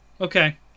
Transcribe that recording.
Okay